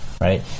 right